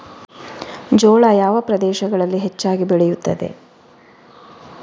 ಜೋಳ ಯಾವ ಪ್ರದೇಶಗಳಲ್ಲಿ ಹೆಚ್ಚಾಗಿ ಬೆಳೆಯುತ್ತದೆ?